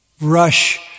rush